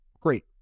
great